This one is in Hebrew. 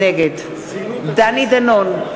נגד דני דנון,